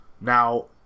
Now